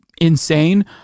insane